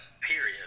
Period